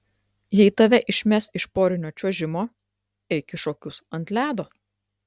jei tave išmes iš porinio čiuožimo eik į šokius ant ledo